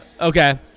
Okay